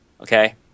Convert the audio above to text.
Okay